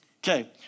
Okay